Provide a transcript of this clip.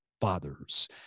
fathers